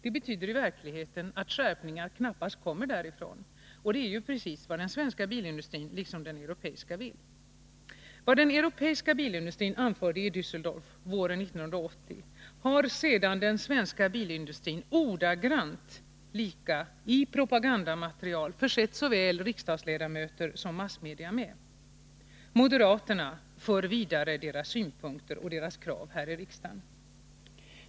Det betyder i verkligheten att skärpningar knappast kommer därifrån, och det är ju precis vad den svenska bilindustrin liksom den europeiska vill. Vad den europeiska bilindustrin anförde i Dässeldorf våren 1980 har sedan den svenska bilindustrin upprepat ordagrant i propagandamaterial som man försett såväl riksdagsledamöter som massmedia med. Moderaterna för vidare deras synpunkter och deras krav här i riksdagen.